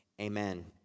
Amen